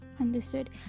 Understood